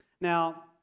Now